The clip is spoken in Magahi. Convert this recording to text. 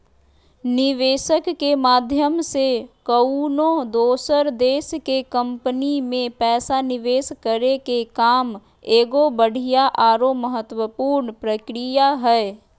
निवेशक के माध्यम से कउनो दोसर देश के कम्पनी मे पैसा निवेश करे के काम एगो बढ़िया आरो महत्वपूर्ण प्रक्रिया हय